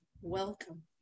welcome